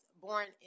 born